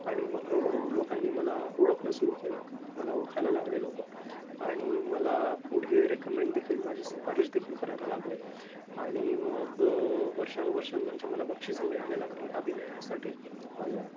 आणि मग हळूहळू लोकांनी मला ओळखणं सुरू केलं मला ओळखायला लागले लोकं आणि मला पुढे रेकमेंडदेखील माझी शिफारसदेखील करायला लागले आणि मग वर्षानुवर्ष म्हणजे मला बक्षीसं मिळायला लागली अभिनयासाठी माझ्या